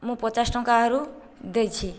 ମୁଁ ପଚାଶ ଟଙ୍କା ଆହୁରି ଦେଇଛି